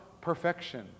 perfection